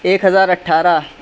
ایک ہزار اٹھارہ